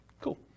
Cool